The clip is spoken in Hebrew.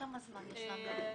כמה זמן יש לתת להערות?